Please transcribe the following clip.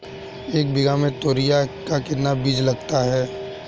एक बीघा में तोरियां का कितना बीज लगता है?